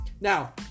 Now